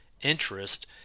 interest